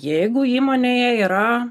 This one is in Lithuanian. jeigu įmonėje yra